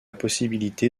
possibilité